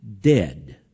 dead